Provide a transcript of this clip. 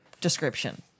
description